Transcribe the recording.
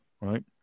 right